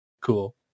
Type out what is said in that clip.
Cool